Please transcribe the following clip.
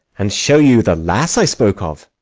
and show you the lass i spoke of.